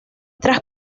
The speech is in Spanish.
tras